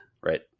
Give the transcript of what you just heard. right